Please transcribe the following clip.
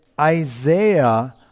Isaiah